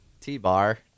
T-Bar